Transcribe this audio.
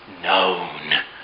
known